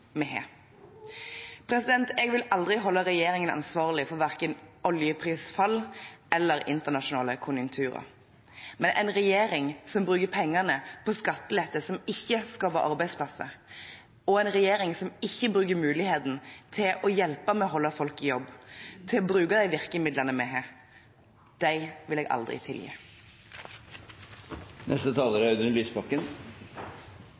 vi har. Jeg vil aldri holde regjeringen ansvarlig for verken oljeprisfall eller internasjonale konjunkturer. Men en regjering som bruker pengene på skattelette, som ikke skaffer arbeidsplasser, og en regjering som ikke bruker muligheten til å hjelpe til med å holde folk i jobb, og til å bruke de virkemidlene vi har, vil jeg aldri tilgi.